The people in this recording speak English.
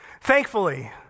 Thankfully